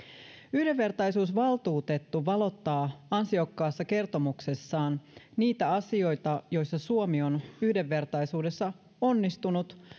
yhdenvertaisuusvaltuutettu valottaa ansiokkaassa kertomuksessaan niitä asioita joissa suomi on yhdenvertaisuudessa onnistunut